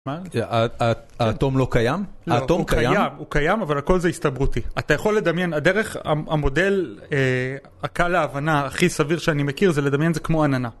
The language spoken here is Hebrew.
האטום לא קיים? האטום קיים, הוא קיים, אבל הכל זה הסתברותי. אתה יכול לדמיין, הדרך, המודל הקל להבנה, הכי סביר שאני מכיר, זה לדמיין את זה כמו עננה.